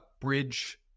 bridge